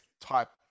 type